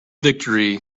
victory